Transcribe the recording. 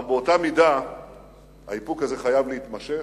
אבל באותה מידה האיפוק הזה חייב להימשך.